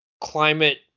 climate